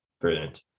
Brilliant